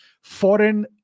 foreign